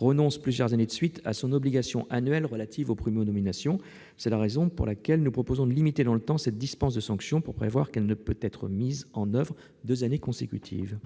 renonce plusieurs années de suite à son obligation annuelle relative aux primo-nominations. C'est la raison pour laquelle nous proposons de limiter dans le temps cette dispense de sanction pour prévoir qu'elle ne peut être mise en oeuvre deux années consécutives.